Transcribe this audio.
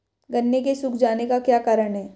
गन्ने के सूख जाने का क्या कारण है?